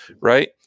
right